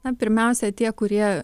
na pirmiausia tie kurie